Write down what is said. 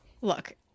Look